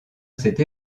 cette